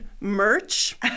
merch